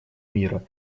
мира